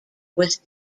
was